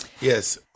Yes